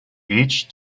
each